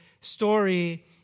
story